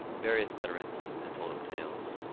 various veterans had told him tales.